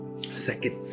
Second